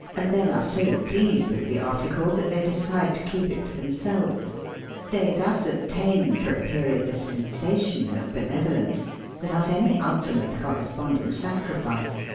and then are so pleased with the article that they decide to keep it for them selves. they thus obtain for a period the sensa tion of benevolence without any ultimate cor responding sacrifice.